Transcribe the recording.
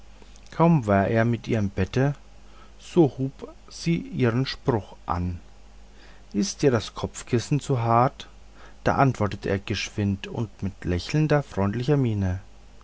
kaum war er mit ihr im bette so hub sie ihren spruch an ist dir das kopfkissenchen zu hart da antwortete er geschwind und mit lächelnder freundlicher miene